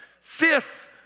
Fifth